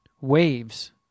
waves